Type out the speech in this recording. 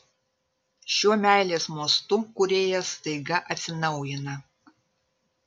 šiuo meilės mostu kūrėjas staiga atsinaujina